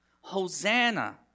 Hosanna